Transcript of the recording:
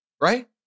right